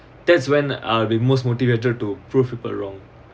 that's when uh the most motivator to prove people wrong